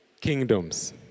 kingdoms